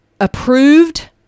approved